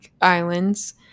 islands